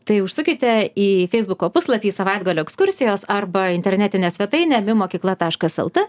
tai užsukite į feisbuko puslapį savaitgalio ekskursijos arba internetinę svetainę mi mokykla taškas lt